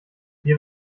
wir